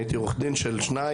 הייתי עורך דין של שניים,